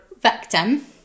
victim